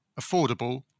affordable